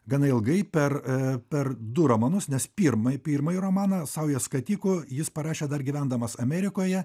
gana ilgai per per du romanus nes pirmąjį pirmąjį romaną sauja skatikų jis parašė dar gyvendamas amerikoje